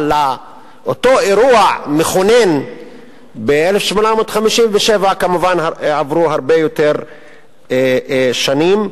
אבל מאותו אירוע מכונן ב-1857 כמובן עברו הרבה יותר שנים.